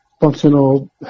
functional